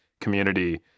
community